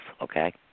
okay